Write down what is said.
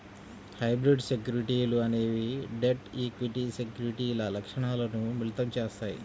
hybrid సెక్యూరిటీలు అనేవి debt, equity సెక్యూరిటీల లక్షణాలను మిళితం చేత్తాయి